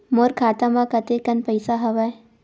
मोर खाता म कतेकन पईसा हवय?